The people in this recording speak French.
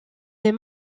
est